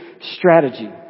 strategy